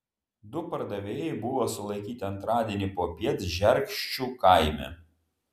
du pardavėjai buvo sulaikyti antradienį popiet žerkščių kaime